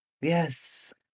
Yes